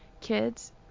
kids